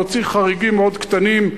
להוציא חריגים מאוד קטנים,